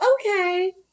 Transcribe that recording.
okay